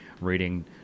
reading